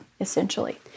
essentially